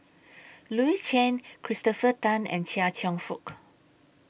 Louis Chen Christopher Tan and Chia Cheong Fook